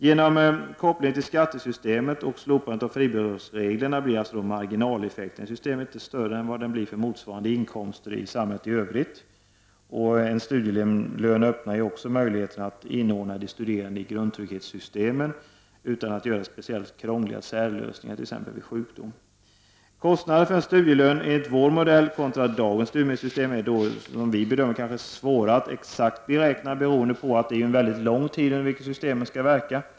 Genom koppling till skattesystemet och slopande av fribeloppsreglerna blir ju alltså marginaleffekten av systemet inte större än vad den blir för motsvarande inkomster i samhället i övrigt. En studielön öppnar ju också möjligheten att inordna de studerande i grundtrygghetssystemen, och man behöver inte göra några krångliga särlösningar t.ex. vid sjukdom. Kostnaderna för en studielön enligt vår modell jämfört med dagens studiemedelssystem är, som vi bedömer det, svåra att exakt beräkna beroende på att systemet skall verka under en mycket lång tid.